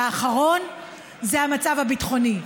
והאחרון זה המצב הביטחוני.